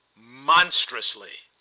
monstrously!